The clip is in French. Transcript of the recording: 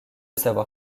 savoir